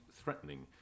threatening